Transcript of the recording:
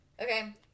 Okay